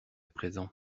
présent